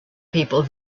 people